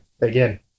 again